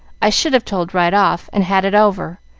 i should have told right off, and had it over.